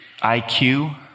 IQ